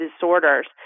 disorders